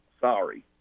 sorry